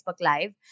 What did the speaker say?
Live